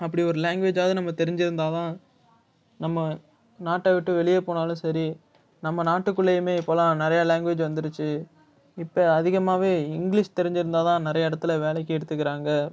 அப்படி ஒரு லேங்குவேஜ்ஜாவது நம்ம தெரிஞ்சிருந்தால்தான் நம்ம நாட்டை விட்டு வெளியே போனாலும் சரி நம்ம நாட்டுக்குள்ளையுமே இப்போல்லாம் நிறையா லேங்குவேஜ் வந்துடுச்சு இப்போ அதிகமாகவே இங்கிலீஷ் தெரிஞ்சிருந்தால்தான் நிறையா இடத்துல வேலைக்கு எடுத்துக்குறாங்க